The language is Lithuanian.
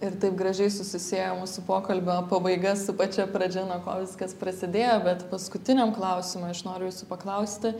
ir taip gražiai susisieja mūsų pokalbio pabaiga su pačia pradžia nuo ko viskas prasidėjo bet paskutiniam klausimui aš noriu jūsų paklausti